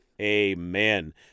amen